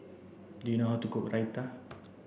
Do you know how to cook Raita